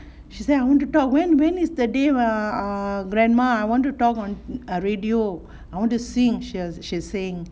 she say I want to talk when when is the day err err grandma I want to talk on a radio I want to sing she was she's saying